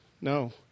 No